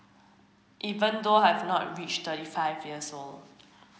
even though I've not reach thirty five years old